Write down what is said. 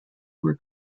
were